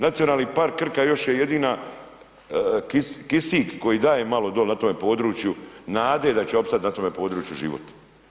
Nacionalni park Krka još je jedini kisik koji daje malo na tome području nade da će opstati na tome području život.